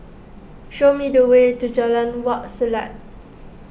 show me the way to Jalan Wak Selat